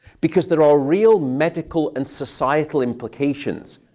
because there are real medical and societal implications.